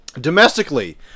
Domestically